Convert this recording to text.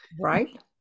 right